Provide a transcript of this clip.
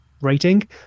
rating